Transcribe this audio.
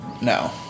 No